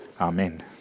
Amen